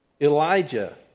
Elijah